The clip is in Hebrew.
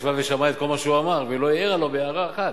שישבה ושמעה את כל מה שהוא אמר ולא העירה לו הערה אחת.